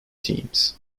teams